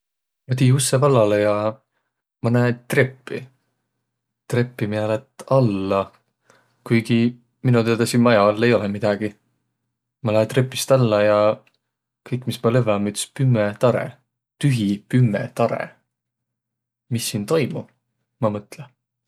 Ma tii ussõ vallalõ ja ma näe treppi. Treppi, miä lätt alla, kuigi mino teedäq siin maja alla ei olõq midägi. Ma lää trepist alla ja kõik, miä ma lövvä, om üts pümme tarõ. Tühi, pümme tarõ. "Mis siin toimu?" ma mõtlõ.